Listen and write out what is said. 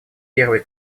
первый